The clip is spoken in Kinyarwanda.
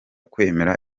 kwemera